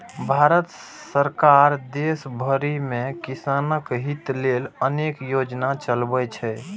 भारत सरकार देश भरि मे किसानक हित लेल अनेक योजना चलबै छै